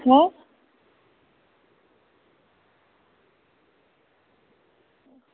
नेईं